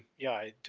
yeah,